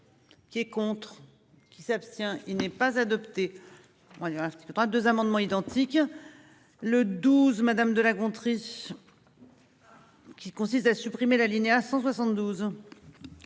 Qui est contre qui s'abstient. Il n'est pas adopté. On dira ce 32 amendements identiques. Le 12. Madame de La Gontrie. Qui consiste à supprimer l'alinéa 172.